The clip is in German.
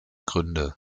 gründe